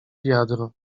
wiadro